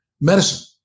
medicine